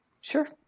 Sure